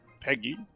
Peggy